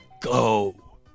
go